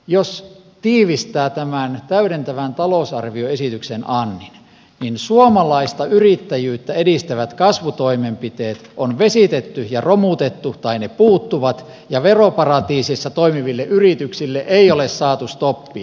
jos tiivistää tämän täydentävän talousarvioesityksen annin niin suomalaista yrittäjyyttä edistävät kasvutoimenpiteet on vesitetty ja romutettu tai ne puuttuvat ja veroparatiiseissa toimiville yrityksille ei ole saatu stoppia